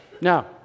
Now